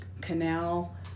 canal